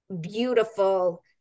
beautiful